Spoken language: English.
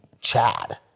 Chad